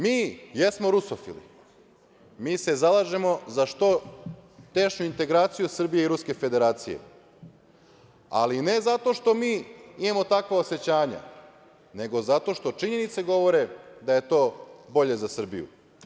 Mi jesmo rusofili, mi se zalažemo za što tešnju integraciju Srbije i Ruske Federacije, ali ne zato što mi imamo takva osećanja, nego zato što činjenice govore da je to bolje za Srbiju.